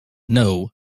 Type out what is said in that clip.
know